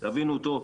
תבינו טוב,